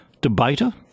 debater